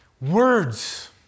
words